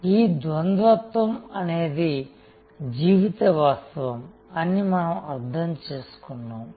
ఈ ద్వంద్వత్వం అనేది జీవిత వాస్తవం అని మనం అర్థం చేసుకున్నాము